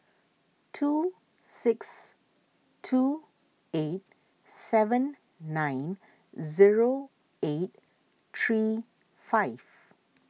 two six two eight seven nine zero eight three five